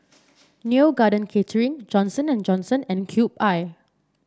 Neo Garden Catering Johnson And Johnson and Cube I